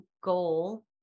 goal